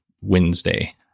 Wednesday